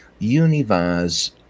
Univaz